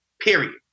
period